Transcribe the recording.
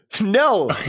No